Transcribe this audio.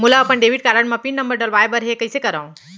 मोला अपन debit card म पिन नंबर डलवाय बर हे कइसे करव?